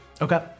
Okay